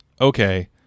okay